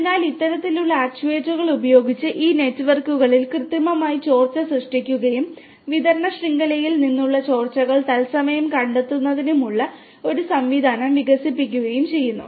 അതിനാൽ ഇത്തരത്തിലുള്ള ആക്റ്റുവേറ്ററുകൾ ഉപയോഗിച്ച് ഈ നെറ്റ്വർക്കുകളിൽ കൃത്രിമമായി ചോർച്ച സൃഷ്ടിക്കുകയും വിതരണ ശൃംഖലയിൽ നിന്നുള്ള ചോർച്ചകൾ തത്സമയം കണ്ടെത്തുന്നതിനുള്ള ഒരു സംവിധാനം വികസിപ്പിക്കുകയും ചെയ്യുന്നു